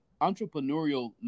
entrepreneurial